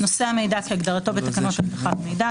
"נושא המידע" כהגדרתו בתקנות אבטחת מידע,